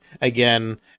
again